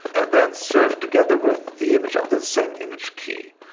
and then served together with the image under the same image key.